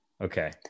Okay